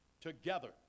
together